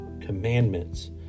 commandments